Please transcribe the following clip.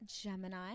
Gemini